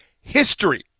History